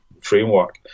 framework